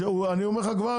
אני אומר לך כבר